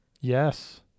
Yes